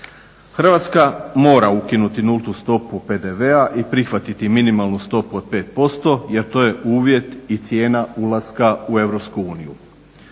Hrvatska mora ukinuti nultu stopu PDV-a i prihvatiti minimalnu stopu od 5% jer to je uvjet i cijena ulaska u EU.